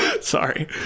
Sorry